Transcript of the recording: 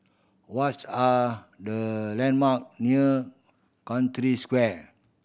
what are the landmark near Century Square